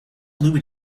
louie